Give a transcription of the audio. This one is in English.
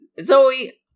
Zoe